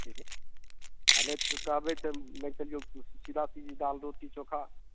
जी आ नहि तऽ कहबै तऽ लै चलियौ सीधा सिधी दालि रोटी चोखा